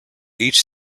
each